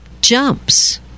jumps